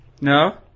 No